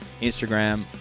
Instagram